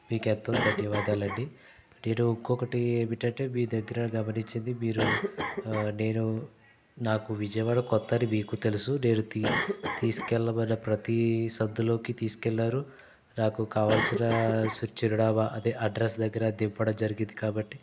మీకెంతో ధన్యవాదాలండీ నేను ఇంకొకటి ఏమిటంటే మీ దగ్గర గమనించింది మీరు నేను నాకు విజయవాడ కొత్త అని మీకు తెలుసు నేను తీ తీసుకువెళ్ళమన్న ప్రతి సందులోకి తీసుకెళ్ళారు నాకు కావాల్సిన చిరునామ అదే అడ్రస్ దగ్గర దింపడం జరిగింది కాబట్టి